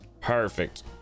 Perfect